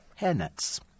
hairnets